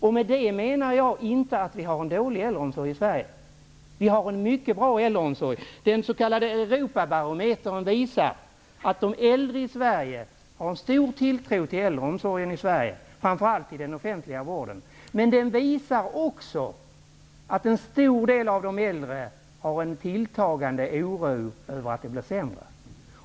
Jag menar inte att vi har en dålig äldreomsorg i Sverige. Vi har en mycket bra äldreomsorg. Den s.k. Europabarometern visar att de äldre i Sverige har en stor tilltro till vår äldreomsorg -- framför allt till den offentliga vården. Den visar också att en stor del av de äldre känner en tilltagande oro över att vården blir sämre.